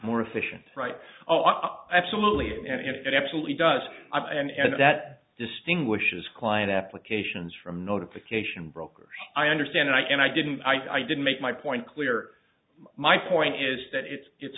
more efficient right off absolutely and if it absolutely does and that distinguishes client applications from notification brokers i understand i and i didn't i didn't make my point clear my point is that it's it's